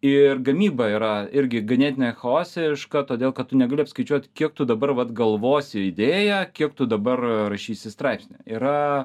ir gamyba yra irgi ganėtinai chaosiška todėl kad tu negali apskaičiuot kiek tu dabar vat galvosi idėją kiek tu dabar rašysi straipsnį yra